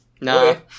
no